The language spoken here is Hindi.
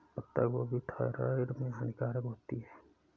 पत्ता गोभी थायराइड में हानिकारक होती है